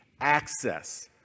access